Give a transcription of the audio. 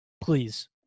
please